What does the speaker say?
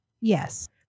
Yes